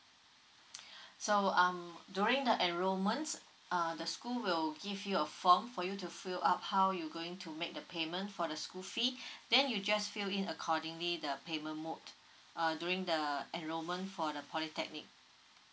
so um during the enrolment uh the school will give you a form for you to fill up how you're going to make the payment for the school fee then you just fill in accordingly the payment mode uh during the enrolment for the polytechnic